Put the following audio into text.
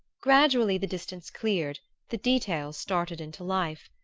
gradually the distance cleared, the details started into life.